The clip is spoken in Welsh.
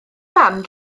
mam